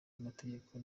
amategeko